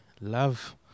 love